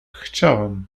chciałam